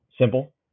simple